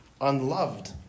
unloved